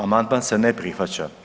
Amandman se ne prihvaća.